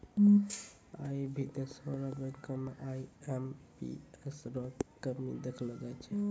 आई भी देशो र बैंको म आई.एम.पी.एस रो कमी देखलो जाय छै